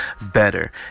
better